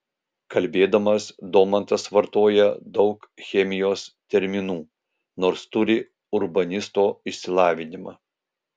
kalbėdamas domantas vartoja daug chemijos terminų nors turi urbanisto išsilavinimą